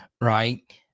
right